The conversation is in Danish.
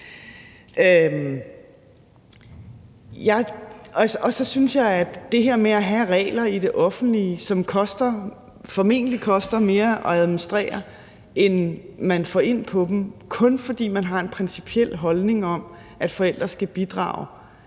Så synes jeg, at det her med at have regler i det offentlige, som formentlig koster mere at administrere, end man får ind på dem, kun fordi man har en principiel holdning om, at forældre skal bidrage,